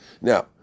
Now